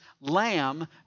lamb